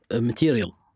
material